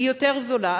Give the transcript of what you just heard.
היא יותר זולה,